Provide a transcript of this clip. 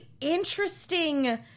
interesting